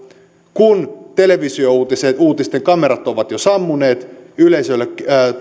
kun televisiouutisten kamerat ovat jo sammuneet ja yleisölle